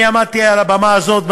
אני עמדתי על הבמה הזאת,